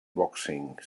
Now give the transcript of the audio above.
boxing